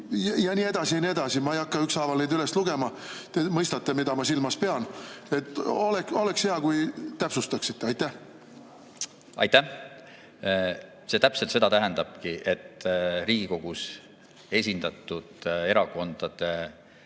ja nii edasi ja nii edasi? Ma ei hakka ükshaaval üles lugema, te mõistate, mida ma silmas pean. Oleks hea, kui täpsustaksite. Aitäh! See täpselt seda tähendabki, et Riigikogus esindatud erakondade